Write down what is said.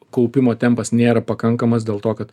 kaupimo tempas nėra pakankamas dėl to kad